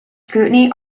scrutiny